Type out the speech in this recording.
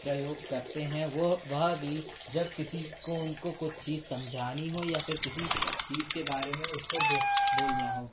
प्रयोग करते हैं वो वह भी जब किसी को उनको कुछ चीज समझानी हो या फिर किसी चीज़ के बारे में उसको बोलना हो